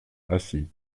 acy